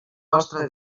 vostre